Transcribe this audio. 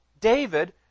David